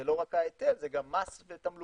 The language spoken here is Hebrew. זה לא רק ההיטל, זה גם מס ותמלוגים.